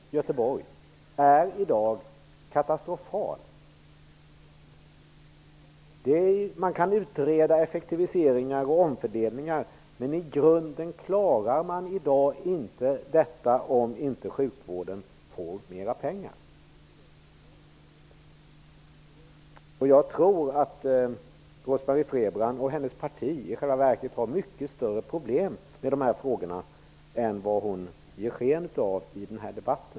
Göteborg är i dag katastrofal. Man kan utreda effektiviseringar och omfördelningar, men i grunden klarar man i dag inte detta om inte sjukvården får mer pengar. Jag tror att Rose-Marie Frebran och hennes parti i själva verket har mycket större problem med dessa frågor än vad hon i denna debatt ger sken av.